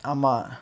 ஆமா:aamaa